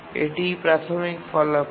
এটিই প্রাথমিক ফলাফল